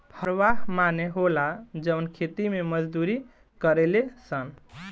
हरवाह माने होला जवन खेती मे मजदूरी करेले सन